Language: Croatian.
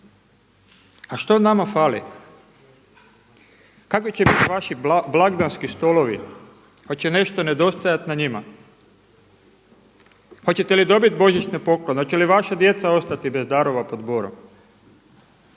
A što nama fali? Kakvi će biti vaši blagdanski stolovi? Hoće li nešto nedostajati na njima? Hoćete li dobiti božićne poklone, hoće li vaša djeca ostati bez darova pod borom?